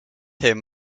him